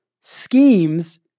schemes